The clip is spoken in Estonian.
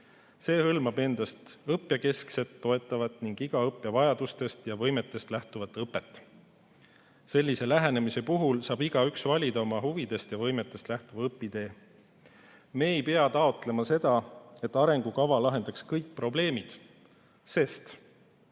See hõlmab endas õppijakeskset, toetavat ning iga õppija vajadustest ja võimetest lähtuvat õpet. Sellise lähenemise puhul saab igaüks valida oma huvidest ja võimetest lähtuva õpitee. Me ei pea taotlema seda, et arengukava lahendaks kõik probleemid, sest